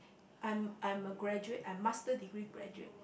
I'm I'm a graduate I'm master degree graduate